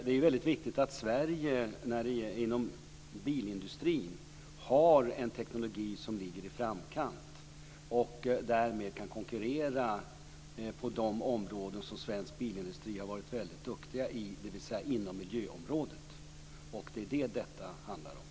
Det är väldigt viktigt att Sverige inom bilindustrin har en teknik som ligger i framkant och därmed kan konkurrera på de områden där svensk bilindustri har varit väldigt duktig, dvs. inom miljöområdet. Det är vad det handlar om.